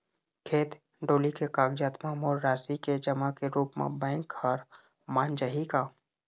खेत डोली के कागजात म मोर राशि के जमा के रूप म बैंक हर मान जाही का?